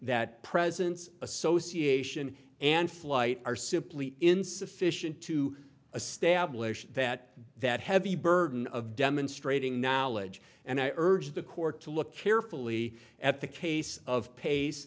isn't association and flight are simply insufficient to a stablish that that heavy burden of demonstrating knowledge and i urge the court to look carefully at the case of pace